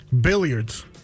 Billiards